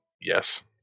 Yes